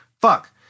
fuck